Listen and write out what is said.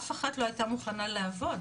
אף אחת לא הייתה מוכנה לעבוד,